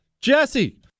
Jesse